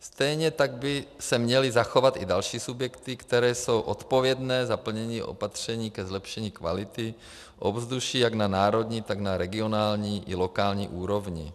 Stejně tak by se měly zachovat i další subjekty, které jsou odpovědné za plnění opatření ke zlepšení kvality ovzduší jak na národní, tak na regionální i lokální úrovni.